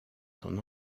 son